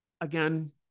Again